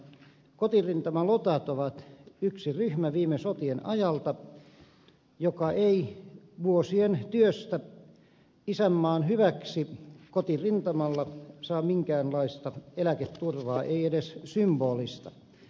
kotirintamalotat ovat yksi ryhmä viime sotien ajalta joka ei vuosien työstä isänmaan hyväksi kotirintamalla saa minkäänlaista eläketurvaa ei edes symbolista